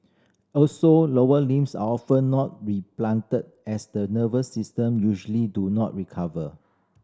also lower limbs are often not replanted as the nerves system usually do not recover